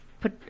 put